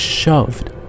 shoved